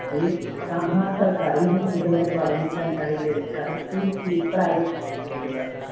ठीक तऽ अहाँ सरकारी हॉस्पिटल के बारे मे जानकारी लेबऽ चाहै छी की प्राइवेट हॉस्पिटल के बारे मे